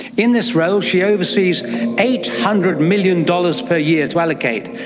in this role she oversees eight hundred million dollars per year to allocate.